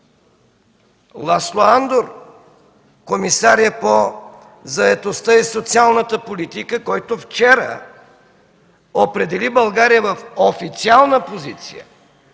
Ласло Андор – комисарят по заетостта и социалната политика, който вчера определи България в официална позиция,